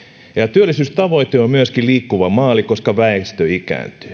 työllisyystavoite on myöskin liikkuva maali koska väestö ikääntyy